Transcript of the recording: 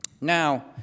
Now